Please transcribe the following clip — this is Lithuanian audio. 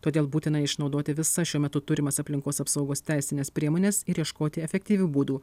todėl būtina išnaudoti visas šiuo metu turimas aplinkos apsaugos teisines priemones ir ieškoti efektyvių būdų